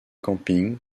camping